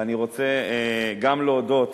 ואני רוצה גם להודות